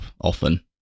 often